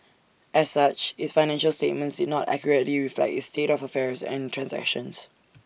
as such its financial statements did not accurately reflect its state of affairs and transactions